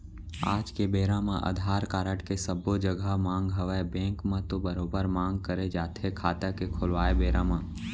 आज के बेरा म अधार कारड के सब्बो जघा मांग हवय बेंक म तो बरोबर मांग करे जाथे खाता के खोलवाय बेरा म